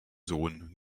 sohn